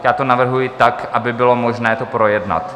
Já to navrhuji tak, aby bylo možné to projednat.